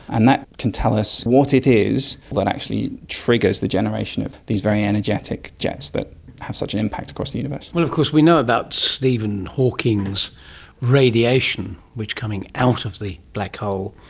and that can tell us what it is that actually triggers the generation of these very energetic jets that have such an impact across the universe. well, of course we know about stephen hawking's radiation, coming out of the black hole,